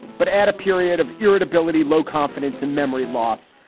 but add a period of irritability, low confidence and memory loss.